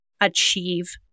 achieve